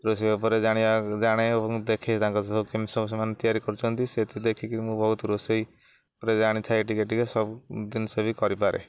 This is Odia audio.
ରୋଷେଇ ଉପରେ ଜାଣିବା ଜାଣେ ଏବଂ ଦେଖେ ତାଙ୍କ ସବୁ କେମିତି ସେମାନେ ତିଆରି କରୁଛନ୍ତି ସେଇଥିରୁ ଦେଖିକି ମୁଁ ବହୁତ ରୋଷେଇ ଉପରେ ଜାଣିଥାଏ ଟିକେ ଟିକେ ସବୁ ଜିନିଷ ବି କରିପାରେ